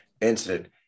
incident